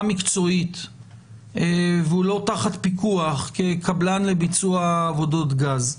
מקצועית והוא לא תחת פיקוח כקבלן לביצוע עבודות גז,